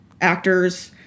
actors